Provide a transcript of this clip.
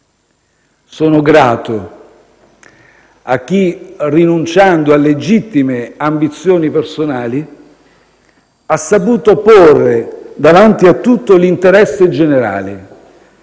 Sono grato a chi, rinunciando a legittime ambizioni personali, ha saputo porre davanti a tutto l'interesse generale,